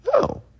no